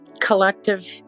collective